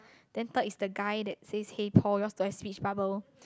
then third is the guy that says hey Paul yours don't have speech bubble